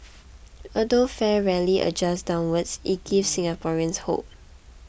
although fare rarely adjusts downwards it gives Singaporeans hope